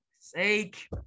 Sake